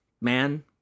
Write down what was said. man